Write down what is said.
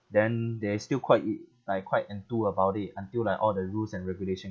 then they is still quite it like quite into about it until like all the rules and regulation